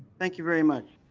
thank you very much.